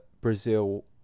brazil